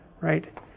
right